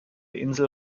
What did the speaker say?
insel